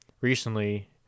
recently